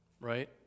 Right